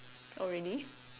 oh really